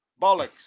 bollocks